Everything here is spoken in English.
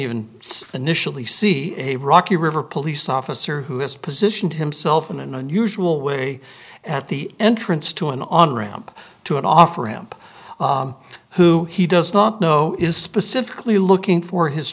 even initially see a rocky river police officer who has positioned himself in an unusual way at the entrance to an on ramp to an off ramp who he does not know is specifically looking for his